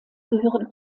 gehören